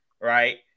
right